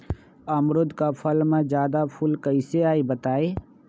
अमरुद क फल म जादा फूल कईसे आई बताई?